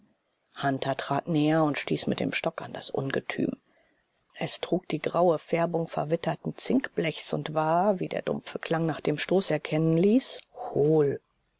hunter trat näher und stieß mit dem stock an das ungetüm es trug die graue färbung verwitterten zinkblechs und war wie der dumpfe klang nach dem stoß erkennen ließ hohl